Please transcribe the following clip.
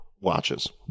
watches